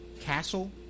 castle